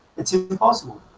it's impossible